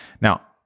Now